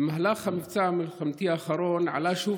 במהלך המבצע המלחמתי האחרון עלה שוב